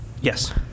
Yes